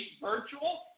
virtual